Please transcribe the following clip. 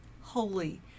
holy